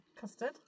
custard